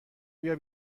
بیا